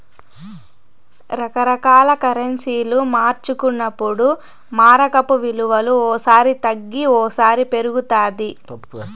రకరకాల కరెన్సీలు మార్చుకున్నప్పుడు మారకపు విలువ ఓ సారి తగ్గి ఓసారి పెరుగుతాది